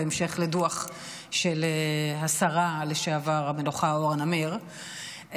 בהמשך לדוח של השרה המנוחה לשעבר אורה נמיר,